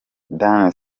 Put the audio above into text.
dan